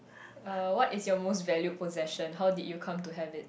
uh what is your most valued possession how did you come to have it